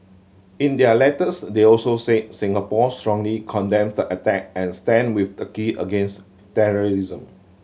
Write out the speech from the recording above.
in their letters they also said Singapore strongly condemns the attack and stand with Turkey against terrorism